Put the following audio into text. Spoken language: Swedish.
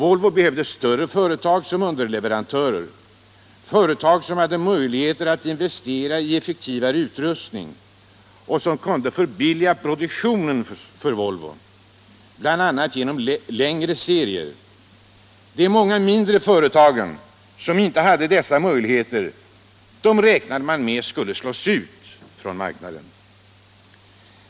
Volvo behövde nämligen större företag som underleverantörer, företag som hade möjligheter att investera i effektivare utrustning och som kunde förbilliga produktionen, bl.a. genom större tillverkningsserier. De många mindre företagen, som inte hade dessa möjligheter, räknade man med skulle slås ut från marknaden.